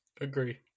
Agree